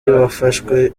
hafashwe